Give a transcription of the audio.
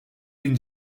bin